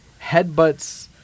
headbutts